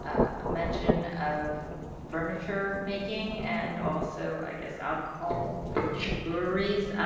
mention of furniture making, and also, i guess alcohol stories,